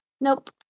Nope